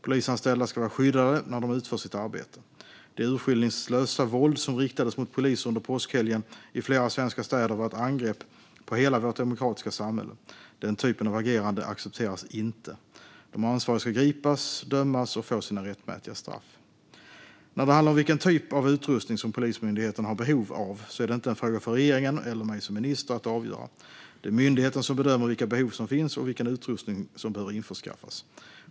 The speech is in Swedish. Polisanställda ska vara skyddade när de utför sitt arbete. Det urskillningslösa våld som riktades mot poliser under påskhelgen i flera svenska städer var ett angrepp på hela vårt demokratiska samhälle. Den typen av agerande accepteras inte. De ansvariga ska gripas, dömas och få sina rättmätiga straff. När det handlar om vilken typ av utrustning Polismyndigheten har behov av är det inte en fråga för regeringen eller mig som minister att avgöra. Det är myndigheten som bedömer vilka behov som finns och vilken utrustning som behöver införskaffas.